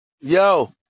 Yo